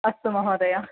अस्तु महोदया